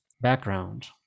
background